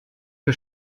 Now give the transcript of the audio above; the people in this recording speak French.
que